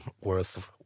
worth